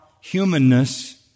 humanness